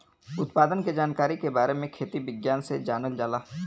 उत्पादन के जानकारी के बारे में खेती विज्ञान से जानल जाला